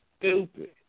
stupid